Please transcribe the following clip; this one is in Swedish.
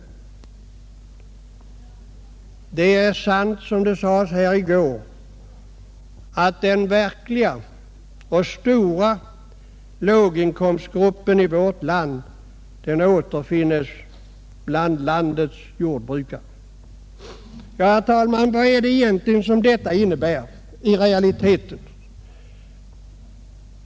Det är sant som sades här i går, att den verkliga och stora låginkomstgruppen i värt land återfinns bland landets jordbrukare. Vad innebär nu detta i realiteten?